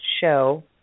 show